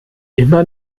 immer